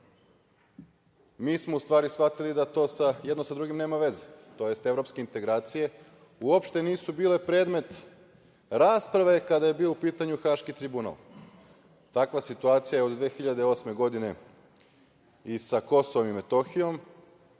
mi smo u stvari shvatili da to jedno sa drugim nema veze, tj. evropske integracije uopšte nisu bile predmet rasprave kada je bio u pitanju Haški tribunal. Takva situacija je od 2008. godine i sa KiM.